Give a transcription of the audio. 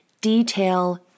detail